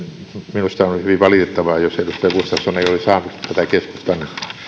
minusta on on hyvin valitettavaa jos edustaja gustafsson ei ole saanut tätä keskustan